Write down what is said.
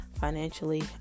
financially